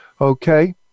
okay